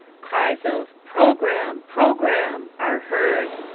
cries of program! program! are heard.